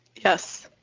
yes.